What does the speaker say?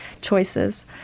choices